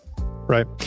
Right